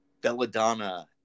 belladonna